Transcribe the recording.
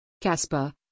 Casper